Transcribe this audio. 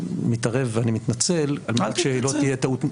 מתערב ואני מתנצל על מנת שלא תהיה טעות.